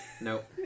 Nope